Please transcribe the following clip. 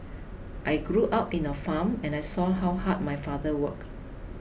I grew up in a farm and I saw how hard my father work